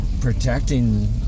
protecting